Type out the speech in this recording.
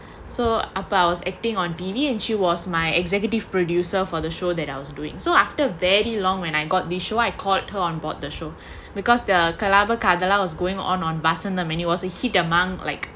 so up I was acting on T_V and she was my executive producer for the show that I was doing so after very long when I got this show I called her on board the show because the Kalabakadhala was going on on boston the menu it was a hit among like